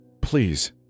Please